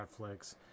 Netflix